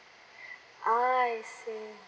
ah I see